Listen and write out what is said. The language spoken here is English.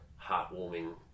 heartwarming